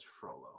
Frollo